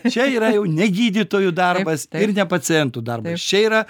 čia yra jau ne gydytojų darbas ir ne pacientų darbas čia yra